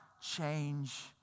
change